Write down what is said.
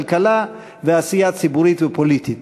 כלכלה ועשייה ציבורית ופוליטית.